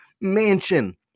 mansion